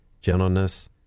gentleness